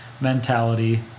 mentality